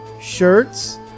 shirts